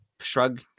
shrug